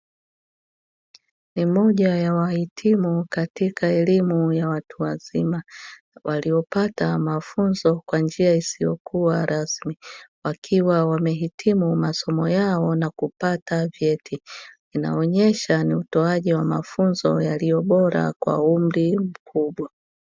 Ni moja ya wahitimu katika elimu ya watu wazima waliopata mafunzo kwa njia isiyo uwa rasmi, wakiwa wamehitimu masomo yao na kupata vyeti; inaonyesha ni utoaji wa mafunzo yaliyo bora kwa umri mkubwa.